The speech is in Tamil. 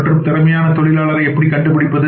மற்றும் திறமையான தொழிலாளரை எப்படி கண்டுபிடிப்பது